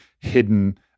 hidden